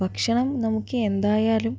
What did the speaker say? ഭക്ഷണം നമുക്ക് എന്തായാലും